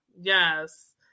Yes